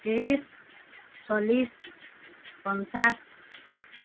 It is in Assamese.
ত্ৰিছ চল্লিছ পঞ্চাছ